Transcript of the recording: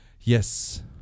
yes